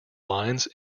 lines